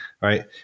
right